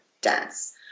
Dance